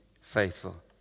faithful